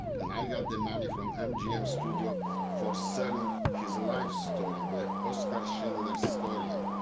and i got the money from mgm studio for selling his life story, the oskar schindler story. ah